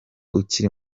ukiri